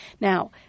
Now